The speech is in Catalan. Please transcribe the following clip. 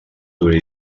dura